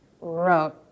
wrote